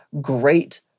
great